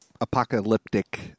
apocalyptic